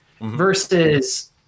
versus